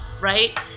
right